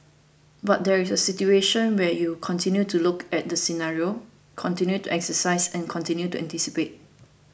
but there is a situation where you continue to look at the scenarios continue to exercise and continue to anticipate